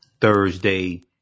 Thursday